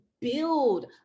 build